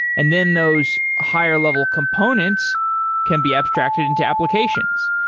and then those higher-level components can be abstracted into applications.